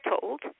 told